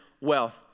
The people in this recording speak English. wealth